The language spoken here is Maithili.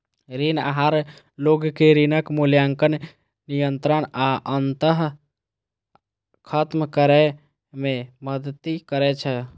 ऋण आहार लोग कें ऋणक मूल्यांकन, नियंत्रण आ अंततः खत्म करै मे मदति करै छै